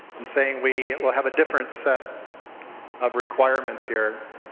and saying we will have a different set of requirements here.